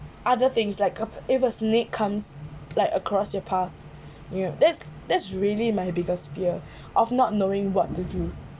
other things like uh if a snake comes like across your path you know that's that's really my biggest fear of not knowing what to do